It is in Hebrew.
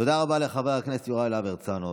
תודה רבה לחבר הכנסת יוראי להב הרצנו.